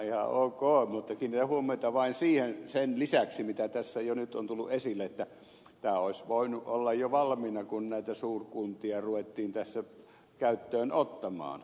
mutta kiinnitän huomiota vain siihen sen lisäksi mitä tässä jo nyt on tullut esille että tämä olisi voinut olla jo valmiina kun näitä suurkuntia ruvettiin tässä käyttöön ottamaan